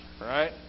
right